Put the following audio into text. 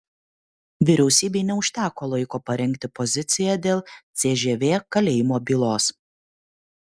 vyriausybei neužteko laiko parengti poziciją dėl cžv kalėjimo bylos